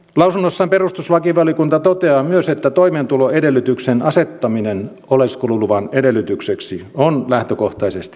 lausunnossaan perustuslakivaliokunta toteaa myös että toimeentuloedellytyksen asettaminen oleskeluluvan edellytykseksi on lähtökohtaisesti mahdollista